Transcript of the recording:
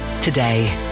today